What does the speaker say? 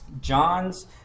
John's